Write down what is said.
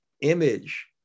image